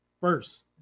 first